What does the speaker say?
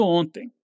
ontem